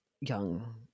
young